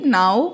now